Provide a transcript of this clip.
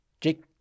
Jake